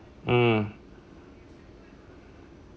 hmm